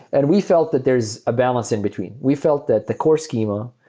and we felt that there is a balance in between. we felt that the core schema,